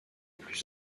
plus